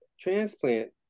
transplant